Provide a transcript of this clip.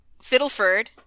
Fiddleford